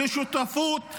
לשותפות.